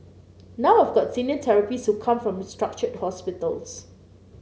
now I've got senior therapists who come from restructured hospitals